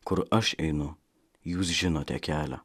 kur aš einu jūs žinote kelią